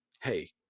hey